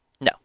No